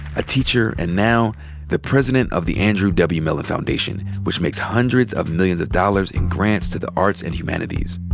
a teacher, and now the president of the andrew w. mellon foundation, which makes hundreds of millions of dollars in grants to the arts and humanities.